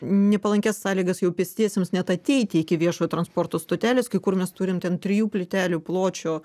nepalankias sąlygas jau pėstiesiems net ateiti iki viešojo transporto stotelės kai kur mes turim ten trijų plytelių pločio